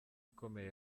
ikomeye